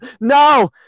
no